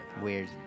Weird